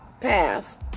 path